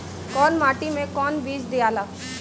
कौन माटी मे कौन बीज दियाला?